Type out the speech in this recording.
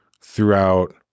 throughout